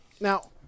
Now